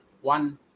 one